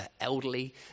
elderly